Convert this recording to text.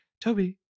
Toby